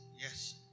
Yes